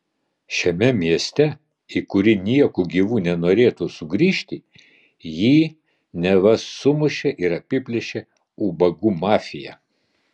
šiame mieste į kurį nieku gyvu nenorėtų sugrįžti jį neva sumušė ir apiplėšė ubagų mafija